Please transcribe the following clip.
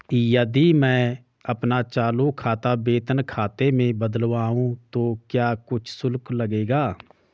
यदि मैं अपना चालू खाता वेतन खाते में बदलवाऊँ तो क्या कुछ शुल्क लगेगा?